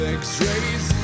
x-rays